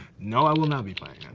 no, i will not be playing then.